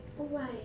oh why